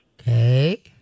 Okay